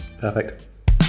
perfect